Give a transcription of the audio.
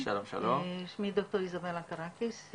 שמי ד"ר איזבלה קרטיס,